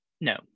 No